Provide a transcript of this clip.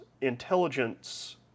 intelligence